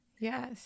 yes